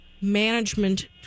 management